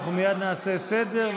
אנחנו מייד נעשה סדר,